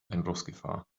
einbruchsgefahr